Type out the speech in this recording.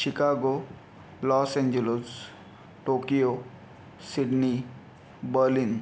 Chicago Los Angeles Tokyo Sydney Berlin